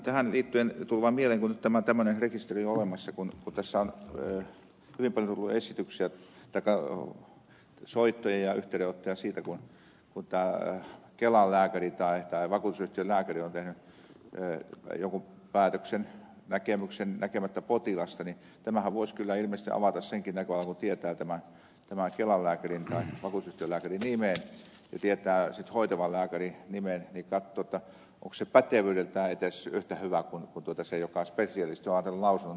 tähän liittyen tuli vaan mieleen että kun tämä tämmöinen rekisteri on olemassa niin kun tässä on hyvin paljon tullut soittoja ja yhteydenottoja siitä kun kelan lääkäri tai vakuutusyhtiön lääkäri on tehnyt jonkun päätöksen näkemyksen näkemättä potilasta tämähän voisi kyllä ilmeisesti avata senkin näköalan että kun tietää tämän kelan lääkärin tai vakuutusyhtiön lääkärin nimen ja tietää hoitavan lääkärin nimen niin katsoo onko se pätevyydeltään edes yhtä hyvä kuin se joka on spesialisti ja on antanut lausunnon työkyvyttömyydestä